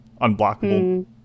unblockable